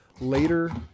later